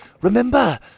remember